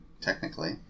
Technically